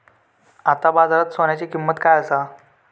आता बाजारात सोन्याची किंमत काय असा?